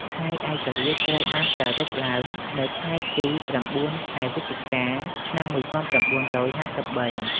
ថ្ងៃឯករាជ្យត្រូវបានប្រារព្ធឡើងនៅថ្ងៃទី៩ ខែវិច្ឆិកា ឆ្នាំ១៩៥៣។